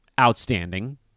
outstanding